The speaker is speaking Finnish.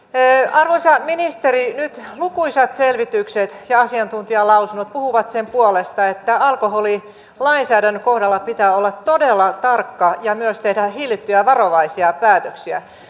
arvoisa ministeri nyt lukuisat selvitykset ja asiantuntijalausunnot puhuvat sen puolesta että alkoholilainsäädännön kohdalla pitää olla todella tarkka ja myös tehdä hillittyjä varovaisia päätöksiä